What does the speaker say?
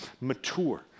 mature